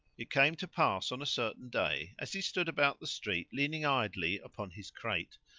it came to pass on a certain day, as he stood about the street leaning idly upon his crate,